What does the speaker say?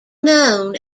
known